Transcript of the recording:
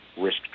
risk